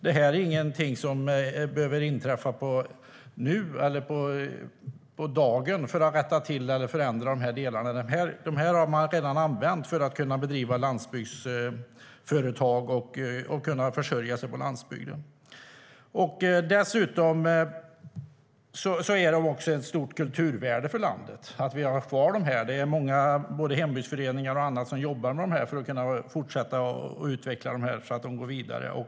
Det här är ingenting som behöver inträffa nu eller på dagen för att rätta till eller förändra de här delarna. Dessa har man redan använt för att kunna bedriva landsbygdsföretag och kunna försörja sig på landsbygden. Dessutom är det av ett stort kulturvärde för landet att vi har kvar dem. Det är många, både hembygdsföreningar och andra, som jobbar för att kunna utveckla dem så att de går vidare.